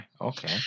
Okay